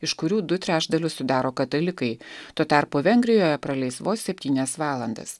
iš kurių du trečdalius sudaro katalikai tuo tarpu vengrijoje praleis vos septynias valandas